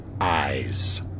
eyes